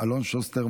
אלון שוסטר,